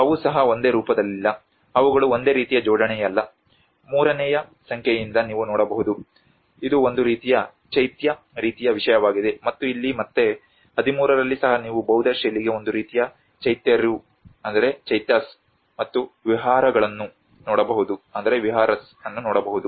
ಅವು ಸಹ ಒಂದೇ ರೂಪದಲ್ಲಿಲ್ಲ ಅವುಗಳು ಒಂದೇ ರೀತಿಯ ಜೋಡಣೆಯಲ್ಲ 3 ನೇ ಸಂಖ್ಯೆಯಿಂದ ನೀವು ನೋಡಬಹುದು ಇದು ಒಂದು ರೀತಿಯ ಚೈತ್ಯ ರೀತಿಯ ವಿಷಯವಾಗಿದೆ ಮತ್ತು ಇಲ್ಲಿ ಮತ್ತೆ 13 ರಲ್ಲಿ ಸಹ ನೀವು ಬೌದ್ಧ ಶೈಲಿಗೆ ಒಂದು ರೀತಿಯ ಚೈತ್ಯರು ಮತ್ತು ವಿಹಾರಗಳನ್ನು ನೋಡಬಹುದು